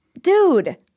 Dude